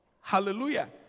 Hallelujah